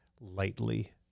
lightly